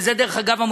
ודרך אגב,